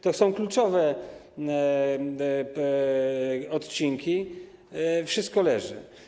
To są kluczowe odcinki i wszystko leży.